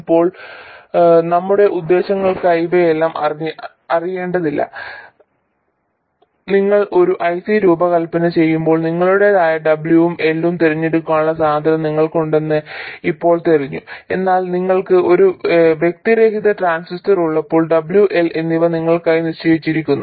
ഇപ്പോൾ നമ്മുടെ ഉദ്ദേശ്യങ്ങൾക്കായി ഇവയെല്ലാം അറിയേണ്ടതില്ല നിങ്ങൾ ഒരു IC രൂപകൽപന ചെയ്യുമ്പോൾ നിങ്ങളുടേതായ W ഉം L ഉം തിരഞ്ഞെടുക്കാനുള്ള സ്വാതന്ത്ര്യം നിങ്ങൾക്കുണ്ടെന്ന് ഇപ്പോൾ തെളിഞ്ഞു എന്നാൽ നിങ്ങൾക്ക് ഒരു വ്യതിരിക്ത ട്രാൻസിസ്റ്റർ ഉള്ളപ്പോൾ W L എന്നിവ നിങ്ങൾക്കായി നിശ്ചയിച്ചിരിക്കുന്നു